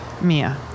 Mia